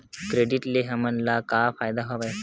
Credit ले हमन ला का फ़ायदा हवय?